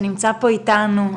שנמצא פה אתנו.